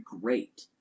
great